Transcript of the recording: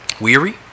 weary